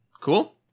Cool